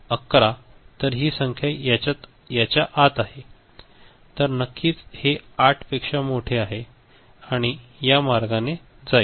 तर हि संख्या याच्या आत आहे ≤≤ तर नक्कीच हे 8 पेक्षा मोठे आहे आणि या मार्गाने जातो